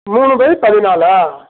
மூணு பை பதினாலா